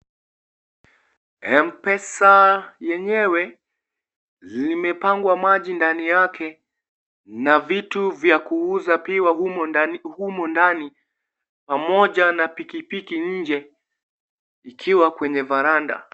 Mpesa yenyewe limepangwa maji ndani yake, na vitu vya kuuza pia humo ndani pamoja na pikipiki nje ikiwa kwenye valanda.